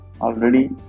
already